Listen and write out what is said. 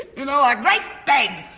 you know i write. but